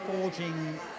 forging